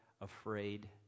afraid